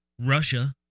Russia